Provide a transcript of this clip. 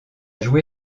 joué